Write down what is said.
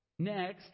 Next